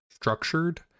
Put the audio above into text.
structured